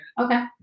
okay